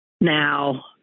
Now